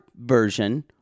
version